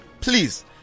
please